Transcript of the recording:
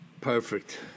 Perfect